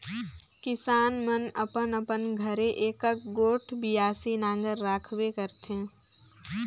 किसान मन अपन अपन घरे एकक गोट बियासी नांगर राखबे करथे